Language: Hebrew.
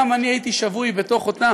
גם אני הייתי שבוי בתוך אותה